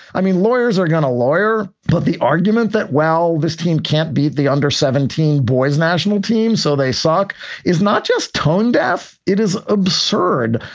i mean, lawyers are going to lawyer, but the argument that, well, this team can't beat the under seventeen boys national team so they suck is not just tone-deaf. it is absurd.